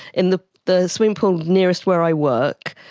in the the swimming pool nearest where i work,